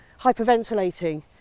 hyperventilating